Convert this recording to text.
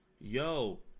yo